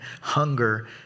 hunger